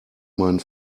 meinen